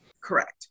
Correct